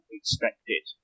expected